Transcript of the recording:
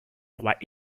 droit